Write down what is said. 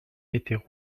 étaient